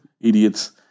Idiots